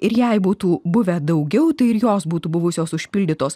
ir jei būtų buvę daugiau tai ir jos būtų buvusios užpildytos